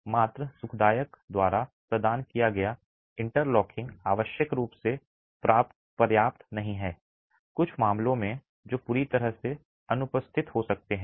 मात्र सुखदायक द्वारा प्रदान किया गया इंटरलॉकिंग आवश्यक रूप से पर्याप्त नहीं है कुछ मामलों में जो पूरी तरह से अनुपस्थित हो सकते हैं